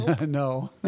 No